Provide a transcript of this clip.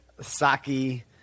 Saki